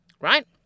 right